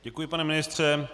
Děkuji, pane ministře.